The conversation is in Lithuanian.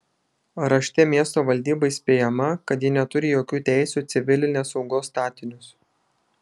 rašte miesto valdyba įspėjama kad ji neturi jokių teisių į civilinės saugos statinius